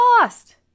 lost